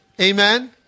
Amen